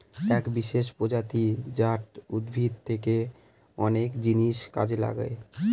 এক বিশেষ প্রজাতি জাট উদ্ভিদ থেকে অনেক জিনিস কাজে লাগে